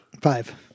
Five